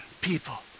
people